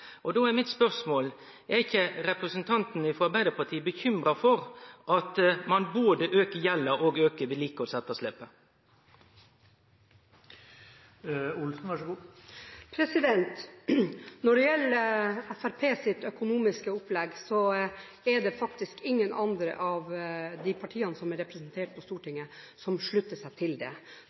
aukar. Då er mitt spørsmål: Er ikkje representanten frå Arbeidarpartiet bekymra når både gjelda og vedlikehaldsetterslepet aukar? Når det gjelder Fremskrittspartiets økonomiske opplegg, er det faktisk slik at det ikke er noen av de andre partiene som er representert i Stortinget, som slutter seg til det.